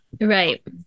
Right